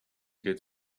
get